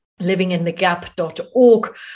livinginthegap.org